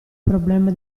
problema